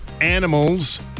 animals